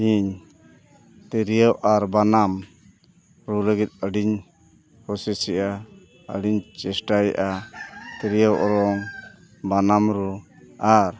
ᱤᱧ ᱛᱤᱨᱭᱳ ᱟᱨ ᱵᱟᱱᱟᱢ ᱨᱩ ᱞᱟᱹᱜᱤ ᱟᱹᱰᱤᱧ ᱠᱩᱥᱤᱥᱮᱜᱼᱟ ᱟᱹᱰᱤᱧ ᱪᱮᱥᱴᱟᱭᱮᱜᱼᱟ ᱛᱤᱨᱭᱳ ᱚᱨᱚᱝ ᱵᱟᱱᱟᱢ ᱨᱩ ᱟᱨ